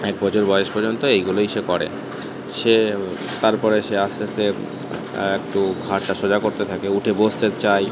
এক বছর বয়স পর্যন্ত এইগুলোই সে করে সে তারপরে সে আস্তে আস্তে একটু ঘাড়টা সোজা করতে থাকে উঠে বসতে চায়